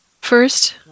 First